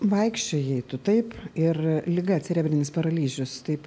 vaikščiojai tu taip ir liga cerebrinis paralyžius taip